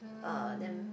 uh them